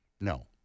No